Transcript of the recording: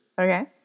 Okay